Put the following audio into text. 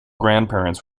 grandparents